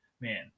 man